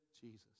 Jesus